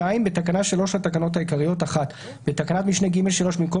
2.תיקון תקנה 3 בתקנה 3 לתקנות העיקריות בתקנת משנה (ג)(3) במקום